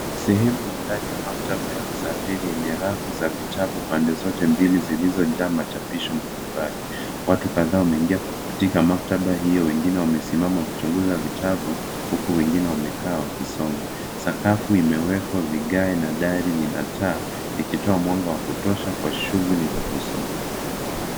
Sehemu ya ndani ya maktaba ya kusafiri yenye rafu za vitabu pande zote mbili zilizojaa machapisho mbalimbali. Watu kadhaa wameingia katika maktaba hiyo, wengine wamesimama wakichunguza vitabu, huku wengine wamekaa wakisoma. Sakafu imewekwa vigae na dari lina taa, likitoa mwanga wa kutosha kwa shughuli za kusoma.